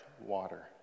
water